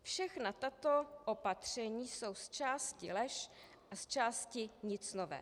Všechna tato opatření jsou zčásti lež a zčásti nic nového.